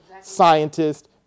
scientists